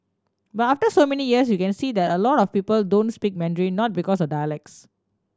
but after so many years you can see that a lot of people don't speak Mandarin not because of dialects